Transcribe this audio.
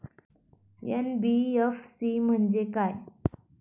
NBFC म्हणजे काय?